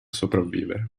sopravvivere